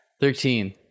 Thirteen